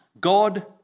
God